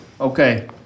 Okay